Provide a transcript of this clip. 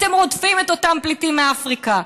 אתם רודפים את אותם פליטים מאפריקה.